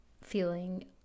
feeling